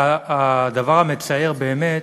והדבר המצער באמת,